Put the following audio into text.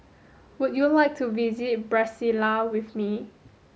would you like to visit Brasilia with me